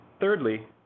Thirdly